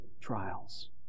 trials